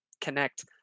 connect